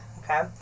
Okay